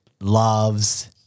loves